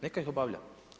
Neka ih obavlja.